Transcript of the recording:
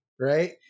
right